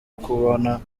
kubona